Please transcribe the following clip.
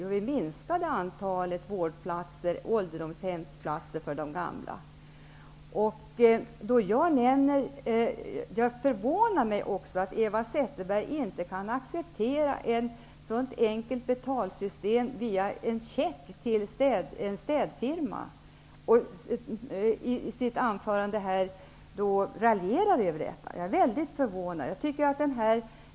Jag förvånar mig mycket över att Eva Zetterberg inte kan acceptera ett så enkelt betalsystem som en check till en städfirma och att hon i sitt anförande raljerar över detta.